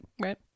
Right